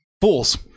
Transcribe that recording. Fools